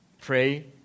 pray